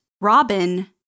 Robin